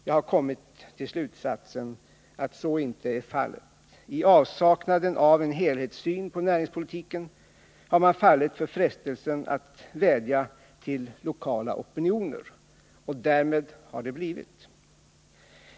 Jag har kommit till slutsatsen att så inte är fallet. I avsaknaden av en helhetssyn på näringspolitiken har man fallit för frestelsen att vädja till lokala opinioner. Och därvid har det blivit.